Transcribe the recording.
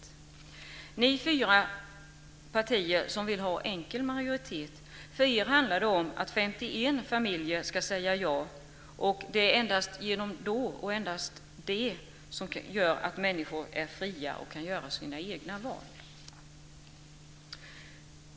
För de fyra partier som vill ha enkel majoritet handlar det om att 51 familjer ska säga ja. Det är endast då människor är fria och kan göra sina egna val.